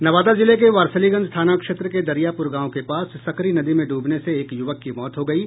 नवादा जिले के वारसिलीगंज थाना क्षेत्र के दरियापुर गांव के पास सकरी नदी में डूबने से एक युवक की मौत हो गयी